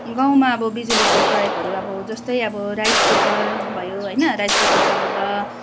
गाउँमा अब बिजुलीको प्रयोगहरू अब जस्तै अब राइस कुकर भयो होइन राइस कुकर चलाउँदा